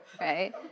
right